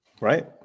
right